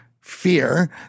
fear